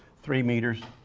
three meters.